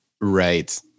right